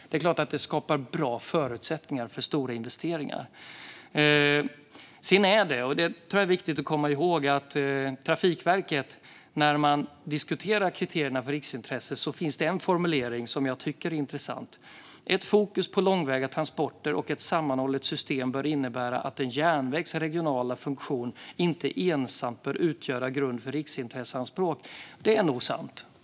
Det skapar såklart bra förutsättningar för stora investeringar. Det är dock viktigt att komma ihåg en enligt mig intressant formulering när Trafikverket diskuterar kriterierna: "Ett fokus på långväga transporter och ett sammanhållet system bör innebära att en järnvägs regionala funktion inte ensamt bör utgöra grund för riksintresseanspråk." Detta är sant.